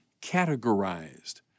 categorized